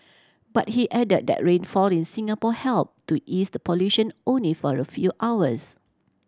but he added that rainfall in Singapore help to ease the pollution only for a few hours